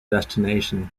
destination